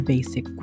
Basic